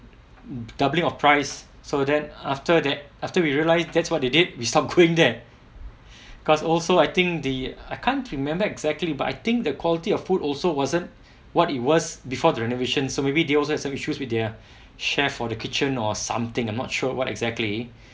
doubling of price so then after that after we realise that's what they did we stop going there because also I think the I can't remember exactly but I think the quality of food also wasn't what it was before the renovation so maybe they also have some issues with their chef or the kitchen or something I'm not sure what exactly